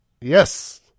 yes